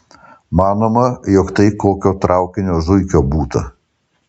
manoma jog tai kokio traukinio zuikio būta